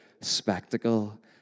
spectacle